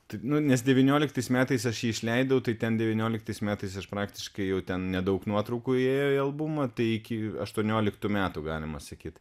tai nu nes devynioliktais metais aš jį išleidau tai ten devynioliktais metais ir praktiškai jau ten nedaug nuotraukų įėjo į albumą tai iki aštuonioliktų metų galima sakyt